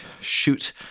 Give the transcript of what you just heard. Shoot